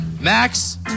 Max